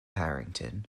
harrington